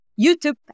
YouTube